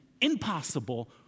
impossible